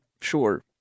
Sure